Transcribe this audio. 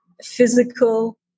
physical